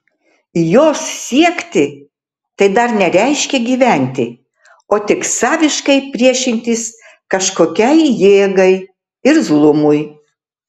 jos siekti tai dar nereiškia gyventi o tik saviškai priešintis kažkokiai jėgai irzlumui